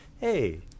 hey